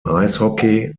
eishockey